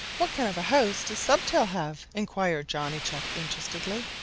what kind of a house does stubtail have? inquired johnny chuck interestedly.